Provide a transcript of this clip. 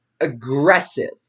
aggressive